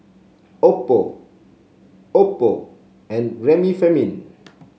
Oppo Oppo and Remifemin